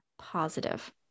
positive